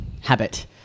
habit